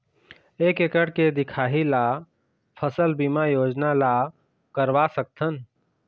एक एकड़ के दिखाही ला फसल बीमा योजना ला करवा सकथन?